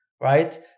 right